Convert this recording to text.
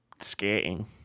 skating